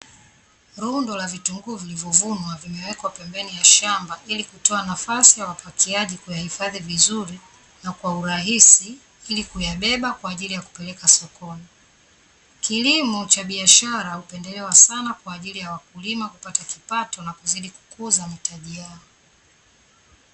Rundo la vitunguu vilivyovunwa, vimewekwa pembeni ya shamba ili kutoa nafasi ya wapokeaji kuyahifadhi vizuri na kwa urahisi ili kuyabeba na kuyapeleka sokoni. Kilimo cha biashara hupendelewa sana kwaajili ya wakulima kupata kipato na kuzidi kukuza mahitaji yao.